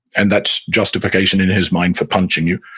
and that's justification in his mind for punching you.